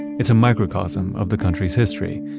it's a microcosm of the country's history.